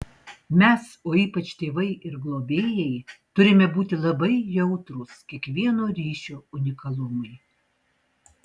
mes o ypač tėvai ir globėjai turime būti labai jautrūs kiekvieno ryšio unikalumui